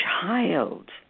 child